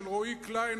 של רועי קליין,